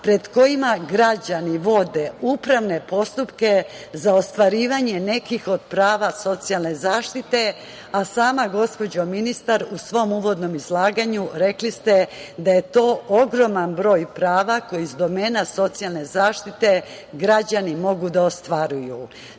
pred kojima građani vode upravne postupke za ostvarivanje nekih od prava socijalne zaštite, a sama gospođa ministar u svom uvodnom izlaganju rekli ste da je to ogroman broj prava koji iz domena socijalne zaštite građani mogu da ostvaruju.